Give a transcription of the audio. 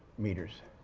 meters.